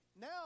now